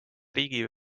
riigi